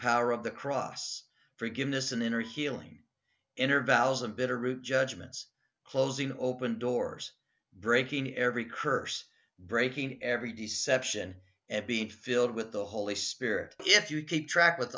power of the cross forgiveness an inner healing inner val's of bitterroot judgments closing open doors breaking every curse breaking every d section and be filled with the holy spirit if you keep track with